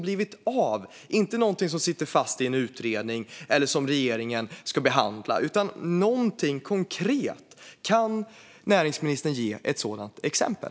Jag menar inte någonting som sitter fast i en utredning eller som regeringen ska behandla utan något konkret. Kan näringsministern ge något sådant exempel?